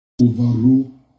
overrule